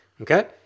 okay